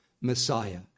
Messiah